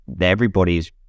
everybody's